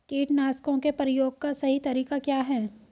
कीटनाशकों के प्रयोग का सही तरीका क्या है?